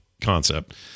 concept